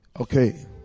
Okay